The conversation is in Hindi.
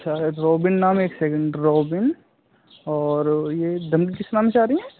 अच्छा रोबिन नाम एक सेकेंड रोबिन और यह किस नाम से आ रही हैं